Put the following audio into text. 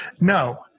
No